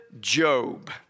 Job